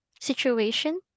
situation